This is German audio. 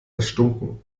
erstunken